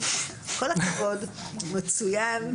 אנחנו שומרים על זכות השתיקה.